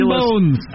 bones